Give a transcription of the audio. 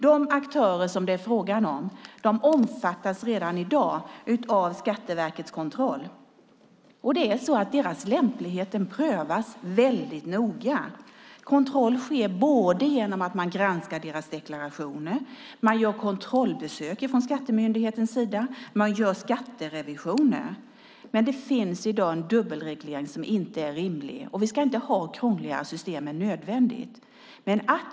De aktörer som det är fråga om omfattas redan i dag av Skatteverkets kontroll. Deras lämplighet prövas väldigt noga. Kontroll sker genom att man granskar deras deklarationer, genom att skattemyndigheten gör kontrollbesök och genom att man gör skatterevisioner. Det finns i dag en dubbelreglering som inte är rimlig. Vi ska inte ha krångligare system än nödvändigt.